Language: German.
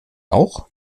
auch